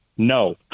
No